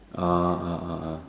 ah ah ah